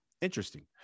interesting